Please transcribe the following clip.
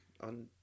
on